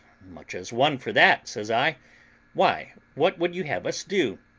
much as one for that, says i why, what would you have us do?